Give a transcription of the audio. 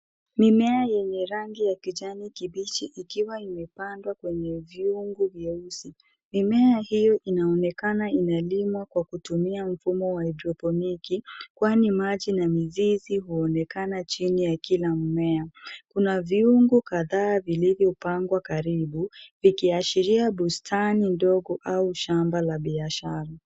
Mimea yenye rangi ya kijani kibichi ikiwa imepandwa kwenye vyungu vyeusi . Mimea hiyo inaonekana imelimwa kwa kutumia mfumo wa haidroponiki, kwani maji na mizizi huonekana chini ya kila mmea. Kuna vyungu kadhaa vilivyopangwa karibu, vikiashiria bustani ndogo au shamba la biashara.